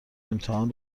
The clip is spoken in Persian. امتحان